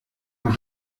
dort